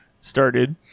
started